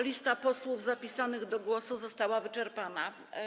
Lista posłów zapisanych do głosu została wyczerpana.